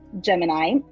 Gemini